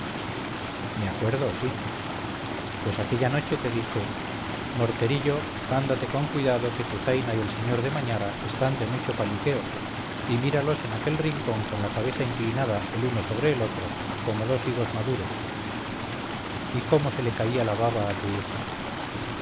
me acuerdo sí pues aquella noche te dije morterillo ándate con cuidado que tu zaina y el sr de mañara están de mucho paliqueo y míralos en aquel rincón con la cabeza inclinada el uno sobre el otro como dos higos maduros y cómo se le caía la baba a tu hija